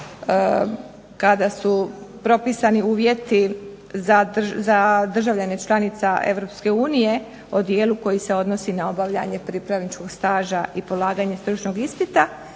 kada su propisani uvjeti za državljane članica EU o dijelu koji se odnosi na obavljanje pripravničkog staža i polaganje stručnog ispita.